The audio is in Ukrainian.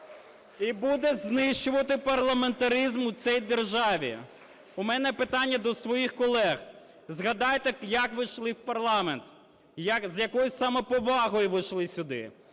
і буде знищувати парламентаризм у цій державі? У мене питання до своїх колег. Згадайте, як ви йшли в парламент, з якою самоповагою ви йшли сюди.